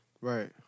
Right